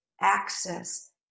access